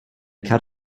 cut